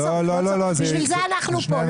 בשביל זה אנחנו פה.